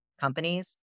companies